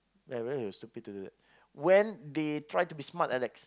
and then it was stupid to do that when they try to be smart Alecks